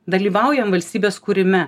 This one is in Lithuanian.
dalyvaujam valstybės kūrime